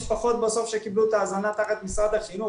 שיודעות לתקשר עם משרדים אחרים.